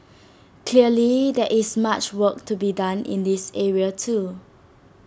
clearly there is much work to be done in this area too